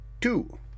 two